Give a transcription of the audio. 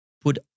Put